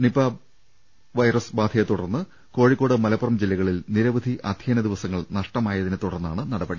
Nipah ബാധയെത്തുടർന്ന് Kozhikode Malappuram ജില്ലകളിൽ നിരവധി അധ്യയന ദിവസങ്ങൾ നഷ്ടമായതിനെത്തുടർന്നാണ് ഈ നടപടി